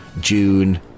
June